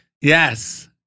Yes